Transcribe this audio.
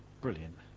Brilliant